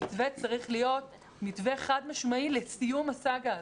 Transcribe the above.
המתווה צריך להיות מתווה חד- משמעי לסיום הסאגה הזו.